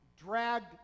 dragged